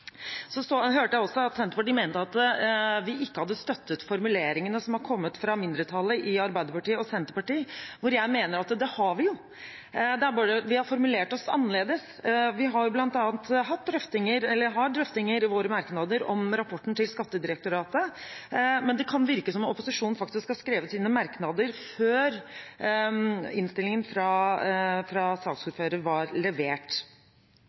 hørte også at Senterpartiet mente at vi ikke hadde støttet formuleringene som har kommet fra mindretallet i Arbeiderpartiet og Senterpartiet. Jeg mener at det har vi, det er bare det at vi har formulert oss annerledes. Vi har bl.a. drøftinger i våre merknader om rapporten til Skattedirektoratet, men det kan virke som opposisjonen faktisk har skrevet sine merknader før innstillingen fra saksordføreren var levert.